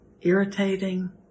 irritating